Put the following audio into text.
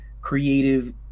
creative